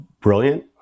brilliant